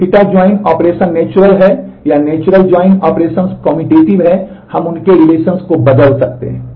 फिर Ɵ ज्वाइन को बदल सकते हैं